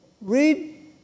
Read